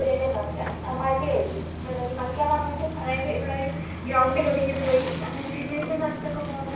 ഒരിത് ഉണ്ടാവില്ല മടിയായിരിക്കും ചിലർ കളിക്കാന് അറിഞ്ഞിട്ടും അതായത് ഇവിടെ ഒരു ഗ്രൌൻഡിൽ ഒതുങ്ങിപ്പോയി അതായത് വലിയ വലിയ സ്ഥലത്തൊക്കെ പോവേണ്ട